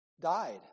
died